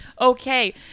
okay